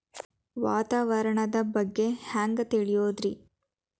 ವಾತಾವರಣದ ಬಗ್ಗೆ ಹ್ಯಾಂಗ್ ತಿಳಿಯೋದ್ರಿ?